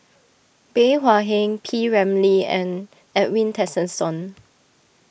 Bey Hua Heng P Ramlee and Edwin Tessensohn